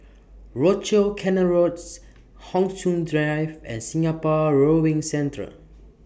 Rochor Canal Roads Hon Sui Sen Drive and Singapore Rowing Centre